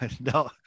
No